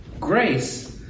Grace